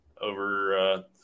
over